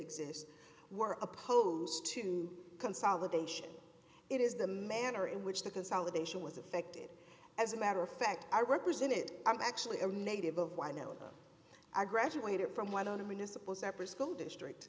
exist were opposed to consolidation it is the manner in which the consolidation was affected as a matter of fact i represented i'm actually a native of y no i graduated from what i mean a supposed epicycle district